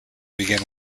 begin